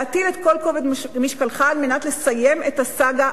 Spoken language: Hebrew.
להטיל את כל כובד משקלך על מנת לסיים את הסאגה,